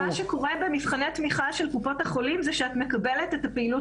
מה שקורה בבמבחני התמיכה של קופות החולים הוא שאת מקבלת את הפעילות